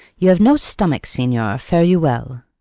you have no stomach, signior fare you well.